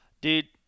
Dude